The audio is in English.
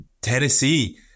Tennessee